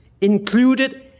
included